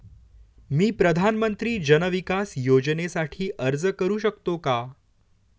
मी प्रधानमंत्री जन विकास योजनेसाठी अर्ज करू शकतो का?